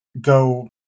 go